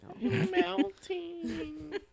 Melting